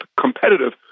competitive